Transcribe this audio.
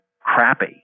crappy